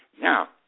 Now